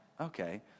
okay